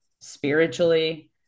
spiritually